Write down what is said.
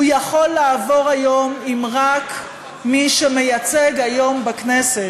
הוא יכול לעבור היום, אם רק מי שמייצג היום בכנסת